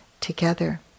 together